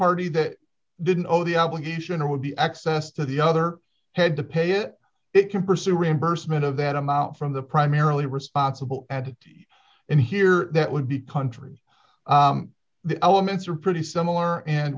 party that didn't know the obligation or would be excess to the other had to pay it it can pursue reimbursement of that amount from the primarily responsible and in here that would be country the elements are pretty similar and